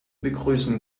begrüßen